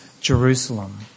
Jerusalem